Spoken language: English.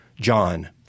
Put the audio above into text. John